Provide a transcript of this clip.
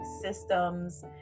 systems